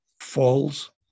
falls